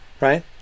right